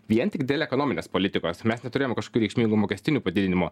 vien tik dėl ekonominės politikos mes neturėjome kažkokių reikšmingų mokestinių padidinimų